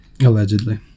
Allegedly